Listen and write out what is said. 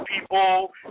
people